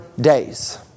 days